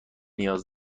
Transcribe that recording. نیاز